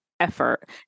effort